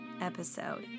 episode